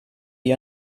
wie